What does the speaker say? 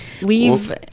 Leave